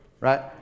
right